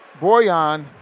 Boyan